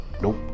Nope